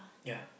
ya